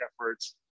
efforts